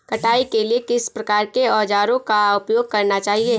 कटाई के लिए किस प्रकार के औज़ारों का उपयोग करना चाहिए?